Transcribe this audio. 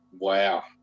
Wow